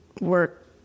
work